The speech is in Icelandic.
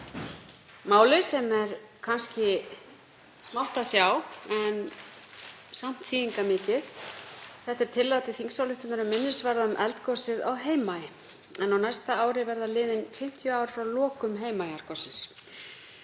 máli sem er kannski smátt að sjá en samt þýðingarmikið. Þetta er tillaga til þingsályktunar um minnisvarða um eldgosið á Heimaey, en á næsta ári verða liðin 50 ár frá lokum Heimaeyjargossins.